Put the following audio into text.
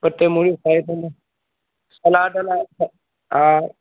ॿ टे मूड़ियूं साई थूम सलाद लाइ ह हा